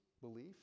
belief